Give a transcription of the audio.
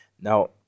Now